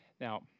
Now